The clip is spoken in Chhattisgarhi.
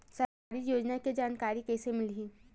सरकारी योजना के जानकारी कइसे मिलही?